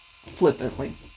flippantly